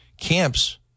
camps